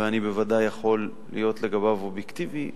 ואני בוודאי יכול להיות אובייקטיבי לגביו,